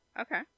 Okay